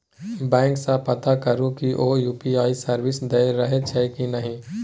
bank सँ पता करु कि ओ यु.पी.आइ सर्विस दए रहल छै कि नहि